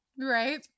right